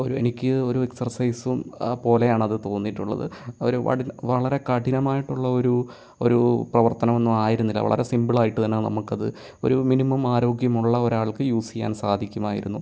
ഒരു എനിക്ക് ഒരു എക്സർസൈസും ആയത് പോലെയാണ് അത് തോന്നിയിട്ടുള്ളത് അവർ വളരെ കഠിനമായിട്ടുള്ള ഒരു ഒരു പ്രവർത്തനമൊന്നും ആയിരുന്നില്ല വളരെ സിമ്പിളായിട്ട് തന്നെ നമുക്കത് ഒരു മിനിമം ആരോഗ്യമുള്ള ഒരാൾക്ക് യൂസ് ചെയ്യാൻ സാധിക്കുമായിരുന്നു